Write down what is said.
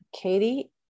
Katie